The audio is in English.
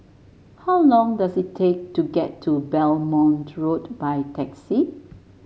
how long does it take to get to Belmont Road by taxi